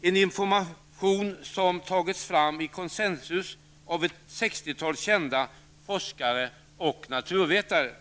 Detta är information som tagits fram i koncensus av ett sextiotal kända forskare och naturvetare.